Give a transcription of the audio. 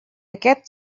aquest